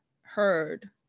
heard